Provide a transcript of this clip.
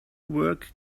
work